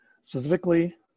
specifically